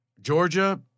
Georgia